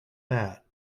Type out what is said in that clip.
pad